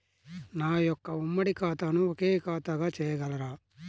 నా యొక్క ఉమ్మడి ఖాతాను ఒకే ఖాతాగా చేయగలరా?